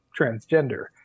transgender